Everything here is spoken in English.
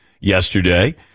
yesterday